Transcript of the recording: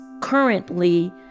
currently